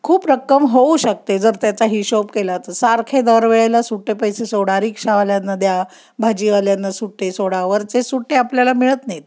खूप रक्कम होऊ शकते जर त्याचा हिशोब केला तर सारखे दरवेळेला सुटे पैसे सोडा रिक्षावाल्यांना द्या भाजीवाल्यांना सुटे सोडा वरचे सुटे आपल्याला मिळत नाहीत